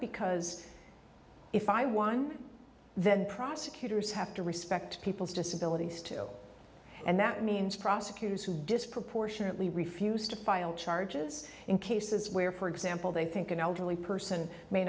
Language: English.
because if i won then prosecutors have to respect people's disabilities too and that means prosecutors who disproportionately refused to file charges in cases where for example they think an elderly person may